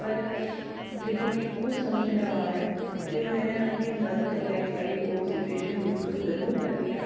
पर जिसलै मिगी कुछ समझ नी आए ते में अपनी मदर कौला ओह् सिचुएशन डिसकस जरूर करनियां